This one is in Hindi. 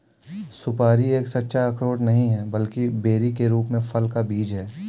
सुपारी एक सच्चा अखरोट नहीं है, बल्कि बेरी के रूप में फल का बीज है